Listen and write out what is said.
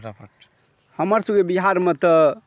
हमरसभके बिहारमे तऽ